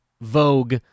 vogue